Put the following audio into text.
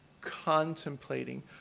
contemplating